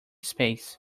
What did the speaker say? space